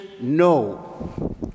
no